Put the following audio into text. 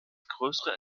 größere